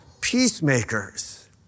peacemakers